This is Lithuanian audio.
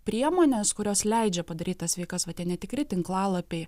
priemonės kurios leidžia padaryt tas veikas va tie netikri tinklalapiai